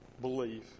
belief